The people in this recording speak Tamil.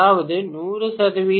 அதாவது 100 0